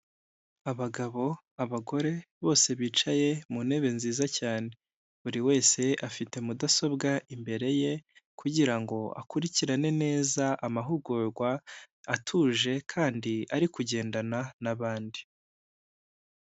Abagabo abagore bose bicaye mu ntebe nziza cyane buri wese afite mudasobwa imbere ye kugira ngo akurikirane neza amahugurwa atuje kandi ari kugendana n'abandi.